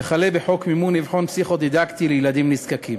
וכלה בחוק מימון אבחון פסיכו-דידקטי לילדים נזקקים.